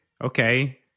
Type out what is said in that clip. okay